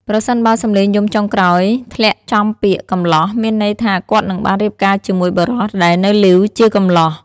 ប្រសិនបើសំឡេងយំចុងក្រោយធ្លាក់ចំពាក្យ កំលោះ មានន័យថាគាត់នឹងបានរៀបការជាមួយបុរសដែលនៅលីវ ជាកំលោះ ។